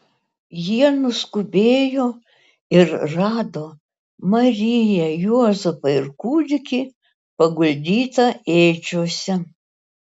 jie nuskubėjo ir rado mariją juozapą ir kūdikį paguldytą ėdžiose